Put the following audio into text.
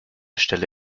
stelle